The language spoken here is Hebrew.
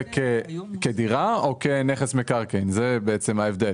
תמוסה כדירה או כנכס מקרקעין; זה ההבדל.